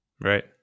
Right